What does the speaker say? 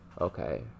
Okay